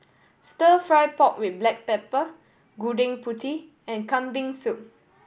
Stir Fry pork with black pepper Gudeg Putih and Kambing Soup